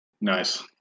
Nice